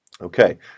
Okay